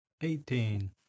Eighteen